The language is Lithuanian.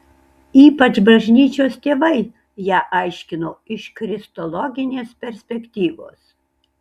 ypač bažnyčios tėvai ją aiškino iš kristologinės perspektyvos